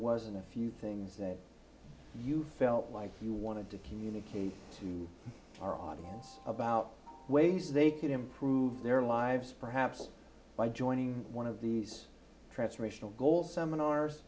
wasn't a few things that you felt like you wanted to communicate to our audience about ways they could improve their lives perhaps by joining one of these transformational goals seminars